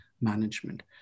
management